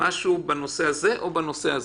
על הנושא שנדרש?